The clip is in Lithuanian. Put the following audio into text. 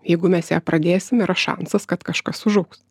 jeigu mes ją pradėsim yra šansas kad kažkas užaugs